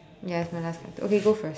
ya it's my last card too okay go first